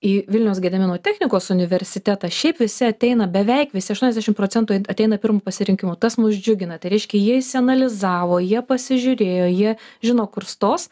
į vilniaus gedimino technikos universitetą šiaip visi ateina beveik visi aštuoniasdešimt procentų ateina pirmu pasirinkimu tas mus džiugina tai reiškia jie išsianalizavo jie pasižiūrėjo jie žino kur stos